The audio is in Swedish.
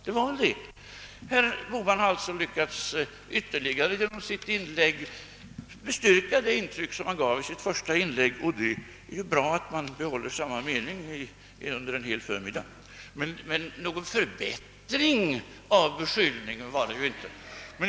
Herr Bohman har genom sitt inlägg lyckats att ytterligare stärka det intryck han gav i sitt första anförande, och det är ju bra att behålla samma mening under en hel förmiddag men någon förbättring av beskyllningen blev det ju inte.